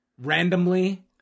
randomly